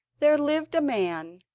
there lived a man.